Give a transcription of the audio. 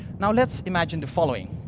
now, let's imagine the following.